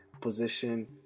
position